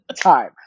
time